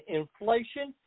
inflation